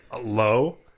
low